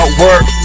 work